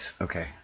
Okay